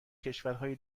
کشورهای